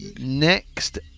Next